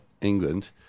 England